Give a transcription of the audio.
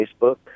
Facebook